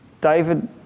David